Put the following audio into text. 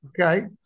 Okay